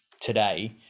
today